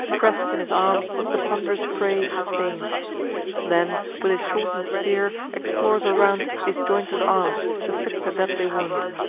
press'd in his arms the pond'rous prey sustains then, with his shorten'd spear, explores around his jointed arms, to fix a deadly wound.